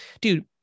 dude